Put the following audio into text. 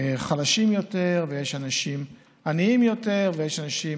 חלשים יותר, ויש אנשים עניים יותר, ויש אנשים